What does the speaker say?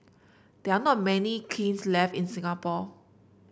they are not many kilns left in Singapore